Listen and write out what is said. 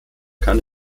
kann